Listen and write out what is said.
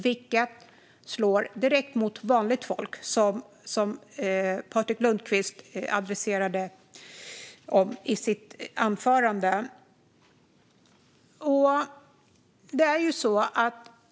Det slår direkt mot vanligt folk, som Patrik Lundqvist adresserade i sitt anförande.